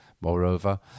moreover